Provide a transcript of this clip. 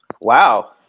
Wow